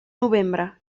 novembre